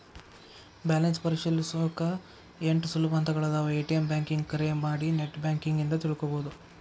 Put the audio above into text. balance ಪರಿಶೇಲಿಸೊಕಾ ಎಂಟ್ ಸುಲಭ ಹಂತಗಳಾದವ ಎ.ಟಿ.ಎಂ ಬ್ಯಾಂಕಿಂಗ್ ಕರೆ ಮಾಡಿ ನೆಟ್ ಬ್ಯಾಂಕಿಂಗ್ ಇಂದ ತಿಳ್ಕೋಬೋದು